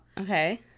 Okay